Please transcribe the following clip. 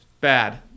bad